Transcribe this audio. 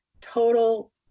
Total